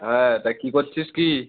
হ্যাঁ তা কী করছিস কী